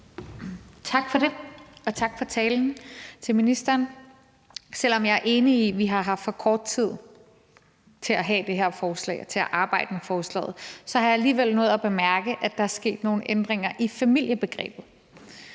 Tak for det, og tak til ministeren for talen. Selv om jeg enig i, at vi har haft for kort tid til at arbejde med forslaget, har jeg alligevel nået at bemærke, at der er sket nogle ændringer i familiebegrebet.